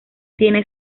tiene